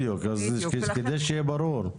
בדיוק, כדי שיהיה ברור.